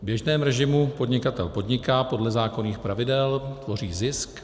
V běžném režimu podnikatel podniká podle zákonných pravidel, tvoří zisk.